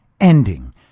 ending